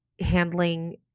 handling